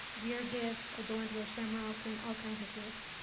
weird gifts adorned with shamrocks, and all kinds of gifts.